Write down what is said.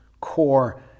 core